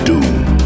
Doom